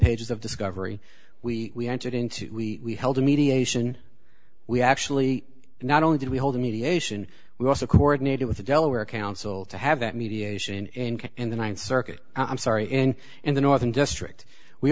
pages of discovery we entered into we held a mediation we actually not only did we hold a mediation we also coordinated with the delaware council to have that mediation in and the th circuit i'm sorry in in the northern district we